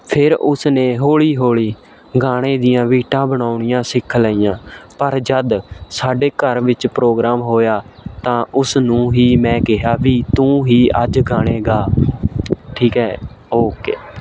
ਫਿਰ ਉਸ ਨੇ ਹੌਲ਼ੀ ਹੌਲ਼ੀ ਗਾਣੇ ਦੀਆਂ ਬੀਟਾਂ ਬਣਾਉਣੀਆਂ ਸਿੱਖ ਲਈਆਂ ਪਰ ਜਦ ਸਾਡੇ ਘਰ ਵਿੱਚ ਪ੍ਰੋਗਰਾਮ ਹੋਇਆ ਤਾਂ ਉਸ ਨੂੰ ਹੀ ਮੈਂ ਕਿਹਾ ਵੀ ਤੂੰ ਹੀ ਅੱਜ ਗਾਣੇ ਗਾ ਠੀਕ ਹੈ ਓਕੇ